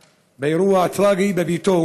מה שמתחיל באלימות מילולית יכול להגיע לאלימות פיזית.